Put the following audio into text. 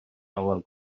lawer